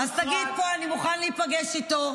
אז תגיד פה: אני מוכן להיפגש איתו.